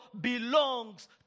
belongs